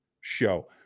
show